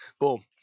Boom